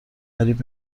قریب